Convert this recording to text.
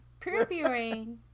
previewing